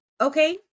okay